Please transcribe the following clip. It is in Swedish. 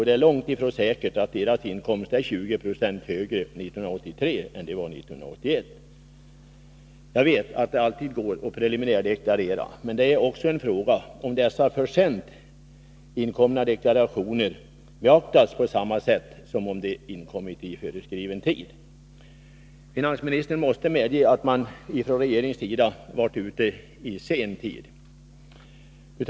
Det är långt ifrån säkert att deras inkomst är 20 76 högre 1983 än den var 1981. Jag vet att det alltid går att preliminärdeklarera, men frågan är också om dessa ”för sent” inkomna deklarationer beaktas på samma sätt som om de inkommit inom föreskriven tid. Finansministern måste medge att man från regeringens sida varit sent ute.